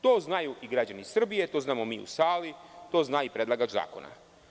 To znaju i građani Srbije, to znamo mi u sali, to zna i predlagač zakona.